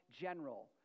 general